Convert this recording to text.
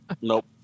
Nope